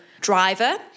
driver